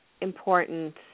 important